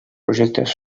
projectes